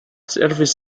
service